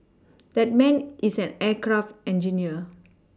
that man is an aircraft engineer